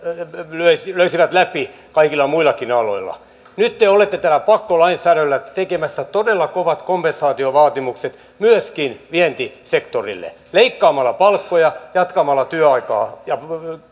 löisivät löisivät läpi kaikilla muillakin aloilla nyt te olette tällä pakkolainsäädännöllä tekemässä todella kovat kompensaatiovaatimukset myöskin vientisektorille leikkaamalla palkkoja jatkamalla työaikaa ja